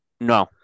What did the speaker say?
No